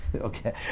okay